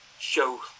show